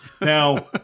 Now